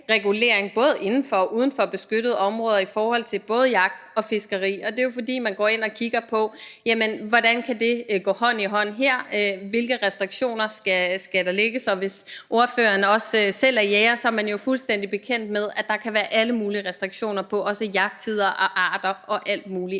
både inden for og uden for beskyttede områder, i forhold til både jagt og fiskeri. Det er jo, fordi man går ind og kigger på, hvordan det kan det gå hånd i hånd, og hvilke restriktioner der skal der lægges. Hvis ordføreren også selv er jæger, så er man jo fuldstændig bekendt med, at der kan være alle mulige restriktioner på det, også jagttider og arter og alt muligt